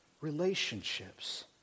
relationships